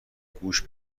گوش